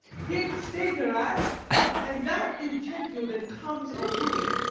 hic steterat and that lucentio that comes a-wooing,